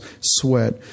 sweat